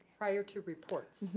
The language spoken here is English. prior to reports.